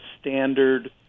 standard